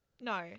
No